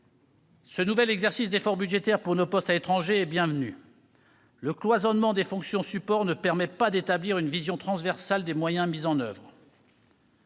Ce nouvel exercice d'effort budgétaire pour nos postes à l'étranger est bienvenu. Le cloisonnement des fonctions supports ne permet pas d'établir une vision transversale des moyens mis en oeuvre.